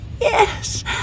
Yes